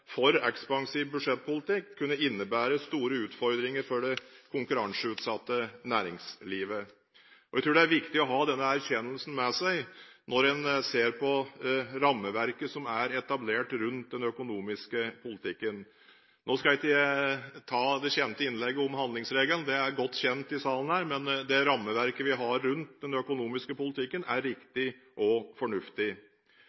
for ekspansiv budsjettpolitikk kunne innebære store utfordringer for det konkurranseutsatte næringslivet. Jeg tror det er viktig å ha denne erkjennelsen med seg når en ser på rammeverket som er etablert rundt den økonomiske politikken. Nå skal ikke jeg ta det kjente innlegget om handlingsregelen – det er godt kjent i salen her. Men det rammeverket vi har rundt den økonomiske politikken, er